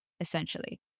essentially